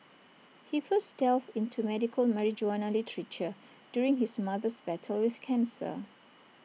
he first delved into medical marijuana literature during his mother's battle with cancer